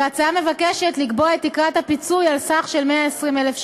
וההצעה מבקשת לקבוע את תקרת הפיצוי על סך של 120,000 שקלים.